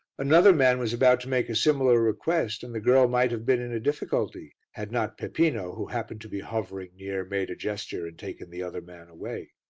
another man was about to make a similar request and the girl might have been in a difficulty had not peppino, who happened to be hovering near, made a gesture and taken the other man away.